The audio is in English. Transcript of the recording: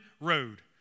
road